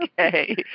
Okay